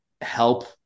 help